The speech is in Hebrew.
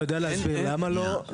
אתה יודע להסביר למה לא?